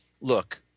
look